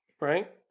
right